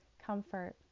comfort